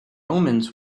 omens